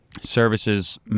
services